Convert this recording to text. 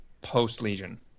post-Legion